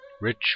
rich